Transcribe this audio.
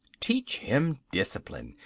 teach him discipline.